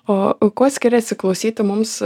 o kuo skiriasi klausyti mums